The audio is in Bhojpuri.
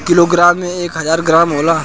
एक किलोग्राम में एक हजार ग्राम होला